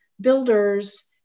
builders